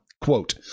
Quote